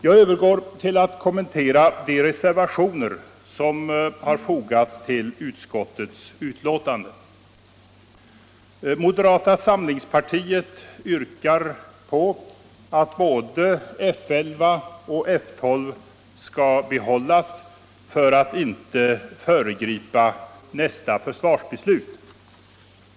Jag övergår till att kommentera de reservationer som fogats till ut Moderata samlingspartiet yrkar på att både F 11 och F 12 skall behållas för att nästa försvarsbeslut inte skall föregripas.